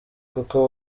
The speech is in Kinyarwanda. kuko